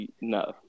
No